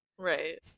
Right